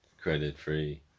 credit-free